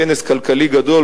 או כנס כלכלי גדול,